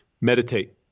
Meditate